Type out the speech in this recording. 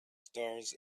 stars